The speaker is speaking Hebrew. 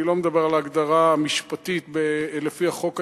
אני לא מדבר על ההגדרה המשפטית לפי החוק הישראלי,